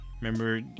remember